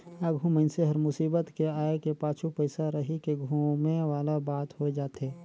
आघु मइनसे हर मुसीबत के आय के पाछू पइसा रहिके धुमे वाला बात होए जाथे